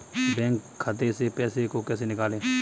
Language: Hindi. बैंक खाते से पैसे को कैसे निकालें?